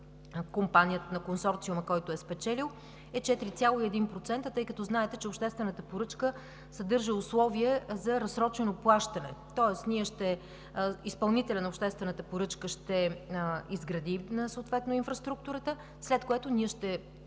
страна на консорциума, който е спечелил, е 4,1%, тъй като, знаете, че обществената поръчка съдържа условие за разсрочено плащане – изпълнителят на обществената поръчка ще изгради инфраструктурата, след което ние ще